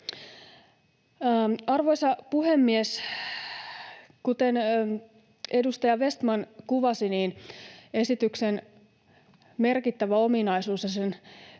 Arvoisa puhemies! Kuten edustaja Vestman kuvasi, esityksen merkittävä ominaisuus ja sen